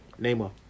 Neymar